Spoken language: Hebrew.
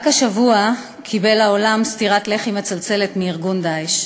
רק השבוע קיבל העולם סטירת לחי מצלצלת מארגון "דאעש".